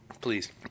Please